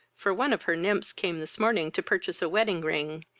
for one of her nymphs came this morning to purchase a wedding-ring,